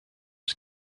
his